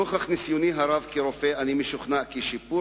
נוכח ניסיוני הרב כרופא אני משוכנע כי שיפור